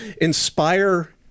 inspire